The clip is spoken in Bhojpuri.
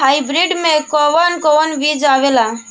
हाइब्रिड में कोवन कोवन बीज आवेला?